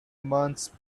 months